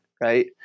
right